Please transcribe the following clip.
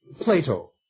Plato